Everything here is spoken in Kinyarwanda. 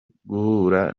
guhura